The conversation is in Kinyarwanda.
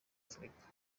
afurika